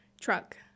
truck